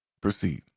proceed